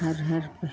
हर हर प